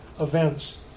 events